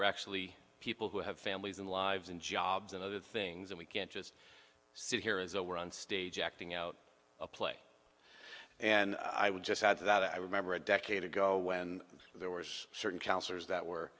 we're actually people who have families and lives and jobs and other things and we can't just sit here as a war on stage acting out a play and i would just add to that i remember a decade ago when there were certain cancers that were